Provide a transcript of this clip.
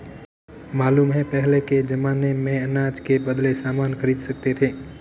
मालूम है पहले के जमाने में अनाज के बदले सामान खरीद सकते थे